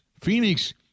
Phoenix